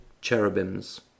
cherubims